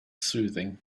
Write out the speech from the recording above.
soothing